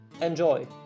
Enjoy